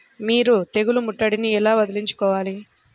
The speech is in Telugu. మీరు తెగులు ముట్టడిని ఎలా వదిలించుకోవాలి?